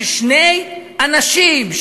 ששני אנשים,